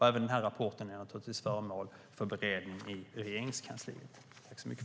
Även denna rapport är naturligtvis föremål för beredning i Regeringskansliet.